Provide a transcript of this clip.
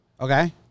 Okay